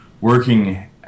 working